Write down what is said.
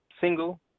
single